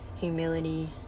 humility